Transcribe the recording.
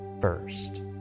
first